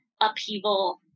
upheaval